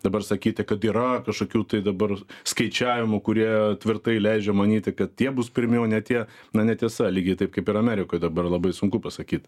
dabar sakyti kad yra kažkokių tai dabar skaičiavimų kurie tvirtai leidžia manyti kad tie bus pirmi o ne tie na netiesa lygiai taip kaip ir amerikoj dabar labai sunku pasakyt